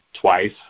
twice